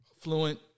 Fluent